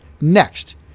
next